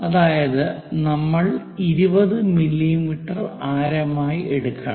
അതായത് നമ്മൾ 20 മില്ലിമീറ്റർ ആരമായി എടുക്കണം